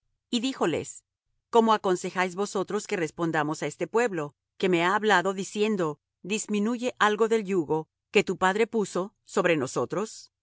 y díjoles cómo aconsejáis vosotros que respondamos á este pueblo que me ha hablado diciendo disminuye algo del yugo que tu padre puso sobre nosotros